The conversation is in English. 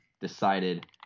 decided